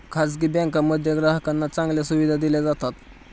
खासगी बँकांमध्ये ग्राहकांना चांगल्या सुविधा दिल्या जातात